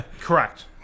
Correct